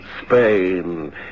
Spain